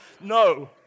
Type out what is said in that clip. no